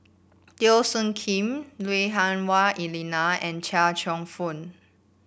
Teo Soon Kim Lui Hah Wah Elena and Chia Cheong Fook